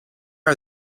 are